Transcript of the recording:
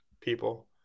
people